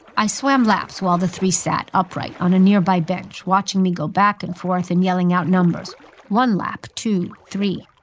i swam laps while the three sat upright on a nearby bench, watching me go back and forth and yelling out numbers one lap, two, three.